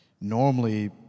normally